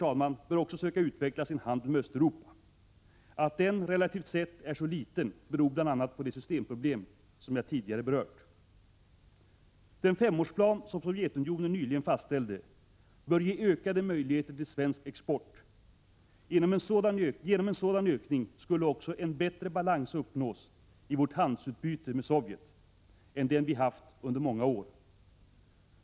Sverige bör också söka utveckla sin handel med Östeuropa. Att den, relativt sett, är så liten beror bl.a. på de systemproblem som jag tidigare berört. Den femårsplan som Sovjetunionen nyligen fastställde bör ge ökade möjligheter till svensk export. Genom en sådan ökning skulle också en bättre balans uppnås i vårt handelsutbyte med Sovjet än den vi haft under många år.